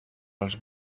als